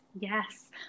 yes